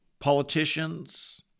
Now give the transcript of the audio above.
politicians